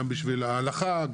גם בשביל ההלכה,